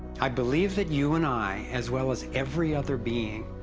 i believe that you and i, as well as every other being,